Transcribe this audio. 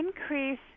increase